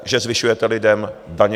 Že zvyšujete lidem daně?